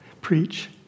preach